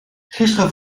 gisteren